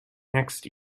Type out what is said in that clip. next